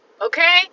okay